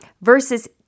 versus